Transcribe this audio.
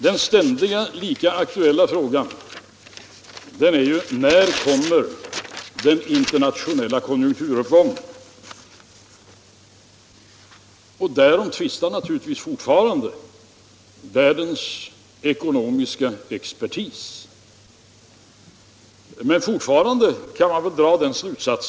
Den ständigt lika aktuella frågan är: När kommer den internationella konjunkturuppgången? Därom tvistar naturligtvis fortfarande världens ekonomiska expertis.